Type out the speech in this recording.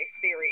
theory